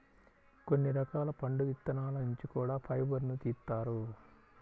కొన్ని రకాల పండు విత్తనాల నుంచి కూడా ఫైబర్ను తీత్తారు